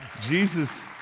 jesus